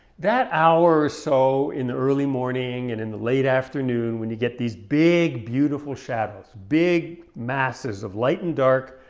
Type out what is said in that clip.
that hour or so in the early morning and in the late afternoon when you get these big beautiful shadows, big masses of light and dark,